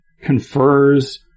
confers